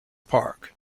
park